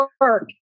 work